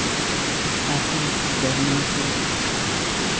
ᱟᱨᱦᱚᱸ ᱡᱚ ᱱᱤᱭᱮᱛᱮ